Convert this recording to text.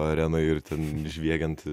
arenoj ir ten žviegiantį